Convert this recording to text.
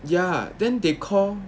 ya then they call